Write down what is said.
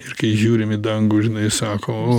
ir kai žiūrim į dangų žinai sako